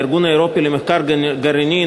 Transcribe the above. הארגון האירופי למחקר גרעיני,